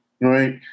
right